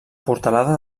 portalada